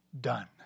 done